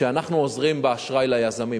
שאנחנו עוזרים באשראי ליזמים.